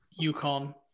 UConn